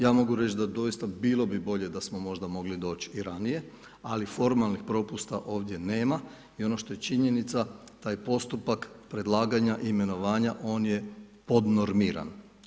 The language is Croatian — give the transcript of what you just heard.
Ja mogu reći da doista bilo bi bolje da smo možda mogli doći i ranije, ali formalnih propusta ovdje nema i ono što je činjenica, taj postupak predlaganja imenovanja on je podnormiran.